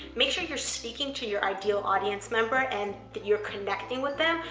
make sure you're speaking to your ideal audience member and that you're connecting with them,